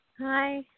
Hi